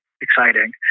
exciting